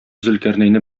зөлкарнәйне